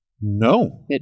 No